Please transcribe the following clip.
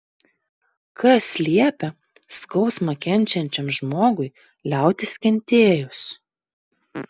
kas liepia skausmą kenčiančiam žmogui liautis kentėjus